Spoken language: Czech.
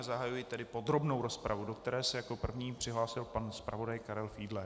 Zahajuji tedy podrobnou rozpravu, do které se jako první přihlásil pan zpravodaj Karel Fiedler.